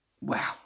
Wow